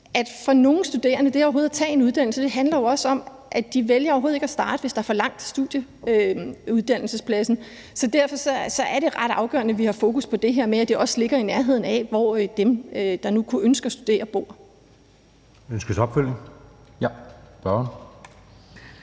for nogle studerende er det overhovedet at tage en uddannelse noget, der også handler om, at de vælger overhovedet ikke at starte, hvis der for langt til studiestedet og uddannelsespladsen. Så derfor er det ret afgørende, at vi har fokus på det her med, at det også ligger i nærheden af det sted, hvor dem, der nu kunne ønske at studere, bor.